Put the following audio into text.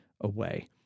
away